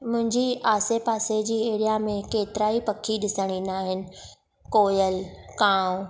मुंहिंजी आसे पासे जी एरिया में केतिरा ई पखी ॾिसण ईंदा आहिनि कोयल कांउ